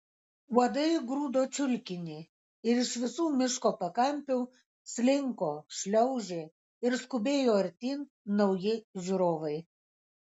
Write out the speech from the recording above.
uodai grūdo čiulkinį ir iš visų miško pakampių slinko šliaužė ir skubėjo artyn nauji žiūrovai